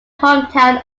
hometown